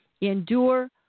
endure